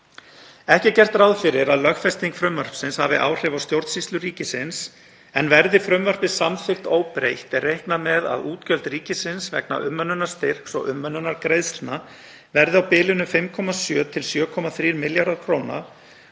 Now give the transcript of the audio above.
Ekki er gert ráð fyrir að lögfesting frumvarpsins hafi áhrif á stjórnsýslu ríkisins en verði frumvarpið samþykkt óbreytt er reiknað með að útgjöld ríkisins vegna umönnunarstyrks og umönnunargreiðslna verði á bilinu 5,7–7,3 milljarðar kr.